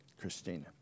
Christina